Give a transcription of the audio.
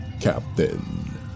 Captain